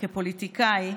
כפוליטיקאי,